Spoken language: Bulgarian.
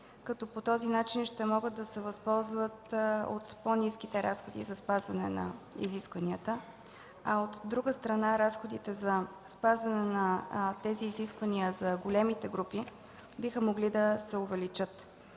като по този начин ще могат да се възползват от по-ниските разходи за спазване на изискванията, а, от друга страна, разходите за спазване на тези изисквания за големите групи биха могли да се увеличат.